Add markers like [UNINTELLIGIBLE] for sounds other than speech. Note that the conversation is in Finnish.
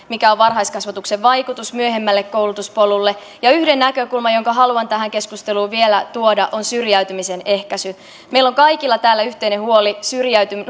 [UNINTELLIGIBLE] mikä on varhaiskasvatuksen vaikutus myöhemmälle koulutuspolulle yksi näkökulma jonka haluan tähän keskusteluun vielä tuoda on syrjäytymisen ehkäisy meillä on kaikilla täällä yhteinen huoli